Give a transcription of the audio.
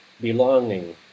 belonging